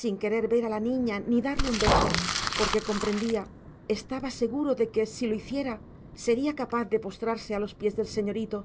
sin querer ver a la niña ni darle un beso porque comprendía estaba seguro de que si lo hiciera sería capaz de postrarse a los pies del señorito